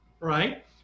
right